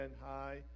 high